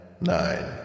nine